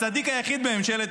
בעד.